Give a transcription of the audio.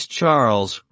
Charles